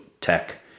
tech